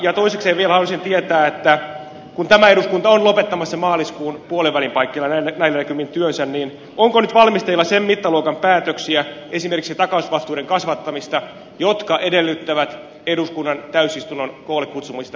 ja toisekseen vielä haluaisin tietää kun tämä eduskunta on lopettamassa maaliskuun puolenvälin paikkeilla näillä näkymin työnsä onko nyt valmisteilla sen mittaluokan päätöksiä esimerkiksi takausvastuiden kasvattamista jotka edellyttävät eduskunnan täysistunnon koolle kutsumista huhtikuussa